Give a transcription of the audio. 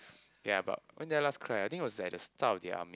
ya but when did I last cry ah I think it was at the start of the army